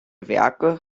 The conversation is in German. werke